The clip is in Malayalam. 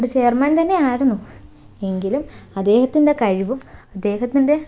ചെയർമാൻ തന്നെ ആയിരുന്നു എങ്കിലും അദ്ദേഹത്തിൻ്റെ കഴിവും അദ്ദേഹത്തിൻ്റെ